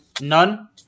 None